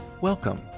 Welcome